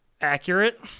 accurate